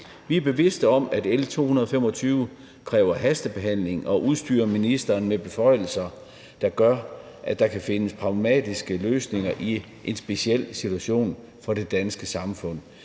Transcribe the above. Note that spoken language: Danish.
Vi er bevidste om, at L 225 kræver hastebehandling og udstyrer ministeren med beføjelser, der gør, at der kan findes pragmatiske løsninger i en speciel situation for det danske samfund.